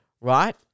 right